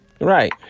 Right